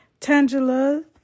Tangela